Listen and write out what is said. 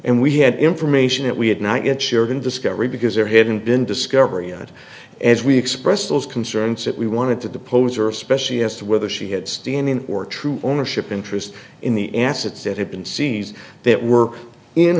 and we had information that we had not yet shared and discovery because there hadn't been discovery and as we expressed those concerns that we wanted to depose her especially as to whether she had standing or true ownership interest in the assets that had been scenes that were in